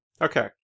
Okay